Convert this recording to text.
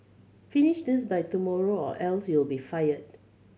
finish this by tomorrow or else you'll be fired